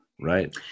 Right